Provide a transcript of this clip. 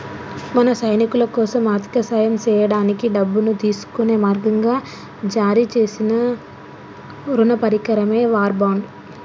మన సైనికులకోసం ఆర్థిక సాయం సేయడానికి డబ్బును తీసుకునే మార్గంగా జారీ సేసిన రుణ పరికరమే వార్ బాండ్